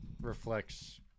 reflects